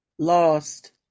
lost